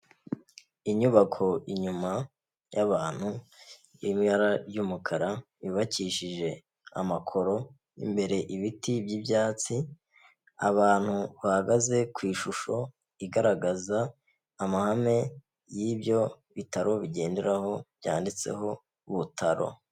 Inyubako inyuma y'abantu y'ibara ry'umukara yubakishije amakoro, imbere ibiti by'ibyatsi, abantu bahagaze ku ishusho igaragaza amahame y'ibyo bitaro bigenderaho byanditseho Butaro.